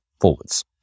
forwards